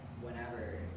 whenever